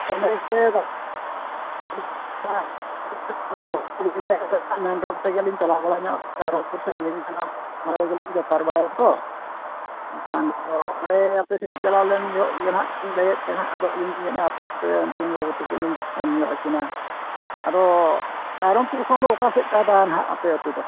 ᱚᱱᱮ ᱡᱮ ᱪᱟᱞᱟᱣ ᱵᱟᱲᱟ ᱧᱚᱜ ᱠᱟᱱᱟ ᱚᱱᱟ ᱨᱮᱜᱮᱞᱤᱧ ᱵᱮᱯᱟᱨ ᱵᱟᱲᱟᱭᱟ ᱛᱚ ᱢᱮᱱᱠᱷᱟᱱ ᱚᱸᱰᱮ ᱟᱫᱚ ᱚᱸᱰᱮ ᱟᱯᱮ ᱫᱷᱟᱹᱵᱤᱡ ᱪᱟᱞᱟᱣ ᱞᱮᱱ ᱡᱚᱦᱚᱜ ᱜᱮ ᱦᱟᱸᱜ ᱞᱟᱹᱭᱮᱫ ᱛᱟᱦᱮᱸᱫ ᱟᱫᱚ ᱟᱹᱞᱤᱧ ᱞᱟᱹᱭᱮᱫᱼᱟ ᱦᱟᱯᱮ ᱥᱮᱯᱮ ᱩᱱᱠᱤᱱ ᱵᱟᱹᱵᱩ ᱛᱟᱹᱠᱤᱱᱤᱧ ᱯᱷᱳᱱ ᱧᱚᱜ ᱟᱹᱠᱤᱱᱟ ᱟᱫᱚ ᱨᱟᱭᱨᱚᱢᱯᱩᱨ ᱠᱷᱚᱱ ᱫᱚ ᱚᱠᱟ ᱥᱮᱫ ᱯᱮ ᱛᱟᱦᱮᱱᱟ ᱟᱯᱮ ᱟᱛᱳ ᱫᱚ